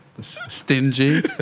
stingy